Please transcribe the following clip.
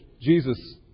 Jesus